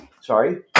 Sorry